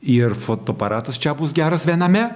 ir fotoaparatas čia bus geras viename